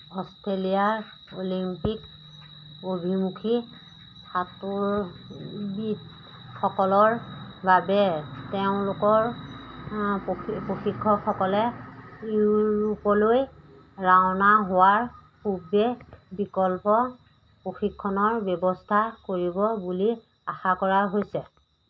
অষ্ট্ৰেলিয়াৰ অলিম্পিক অভিমুখী সাঁতোৰবিদসকলৰ বাবে তেওঁলোকৰ প্ৰশিক্ষকসকলে ইউৰোপলৈ ৰাওনা হোৱাৰ পূৰ্বে বিকল্প প্ৰশিক্ষণৰ ব্যৱস্থা কৰিব বুলি আশা কৰা হৈছে